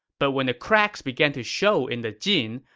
but when the cracks began to show in the jin,